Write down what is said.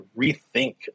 rethink